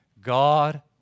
God